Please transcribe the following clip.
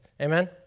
amen